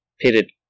pitted